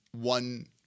one